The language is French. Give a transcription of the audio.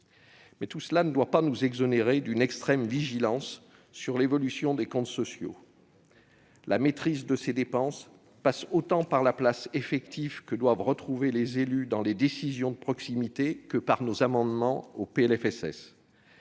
effort ne saurait nous exonérer d'une extrême vigilance quant à l'évolution des comptes sociaux. La maîtrise de ces dépenses passe autant par la place effective que doivent retrouver les élus dans les décisions de proximité que par nos amendements au PLFSS.